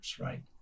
right